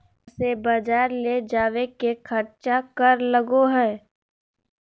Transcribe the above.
घर से बजार ले जावे के खर्चा कर लगो है?